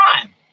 time